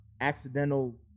accidental